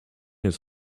his